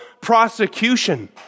prosecution